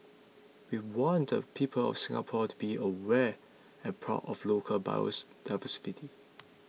we want the people of Singapore to be aware and proud of local bios diversity